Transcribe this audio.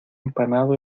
empanado